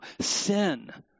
sin